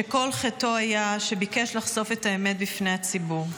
שכל חטאו היה שביקש לחשוף את האמת בפני הציבור.